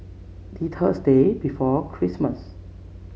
the Thursday before Christmas